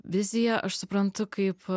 viziją aš suprantu kaip